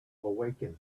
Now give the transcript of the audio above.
awaken